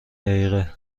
دقیقه